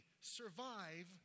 survive